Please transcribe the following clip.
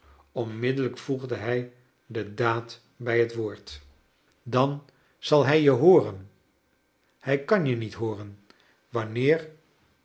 onmiddellijk voegde liij de daad bij het woord kleine dokrit dan zal hij je hooren jjhij kan je niet hooren wanneer